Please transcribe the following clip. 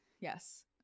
Yes